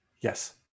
Yes